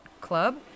club